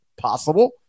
possible